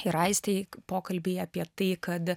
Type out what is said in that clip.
ir aistei pokalby apie tai kad